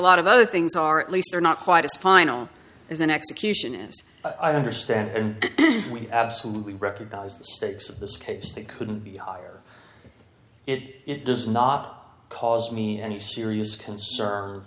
lot of other things are at least they're not quite as final as an execution is i understand and we absolutely recognize the stakes of this case that couldn't be higher it does not cause me any serious